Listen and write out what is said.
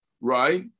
right